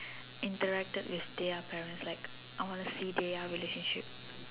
interacted with their parents like I wanna see their relationship